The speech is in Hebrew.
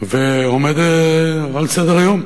ועומד על סדר-היום.